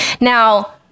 Now